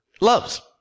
Loves